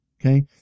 Okay